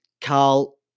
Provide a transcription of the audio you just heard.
Carl